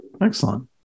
Excellent